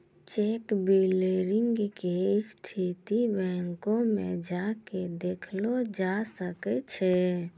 cheque clearing के स्थिति बैंको मे जाय के देखलो जाय सकै छै